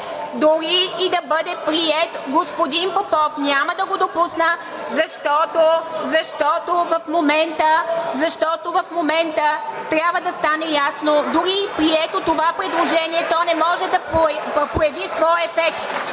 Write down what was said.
дори да бъде приет, господин Попов, няма да го допусна, защото в момента трябва да стане ясно – дори и прието това предложение, то не може да прояви своя ефект!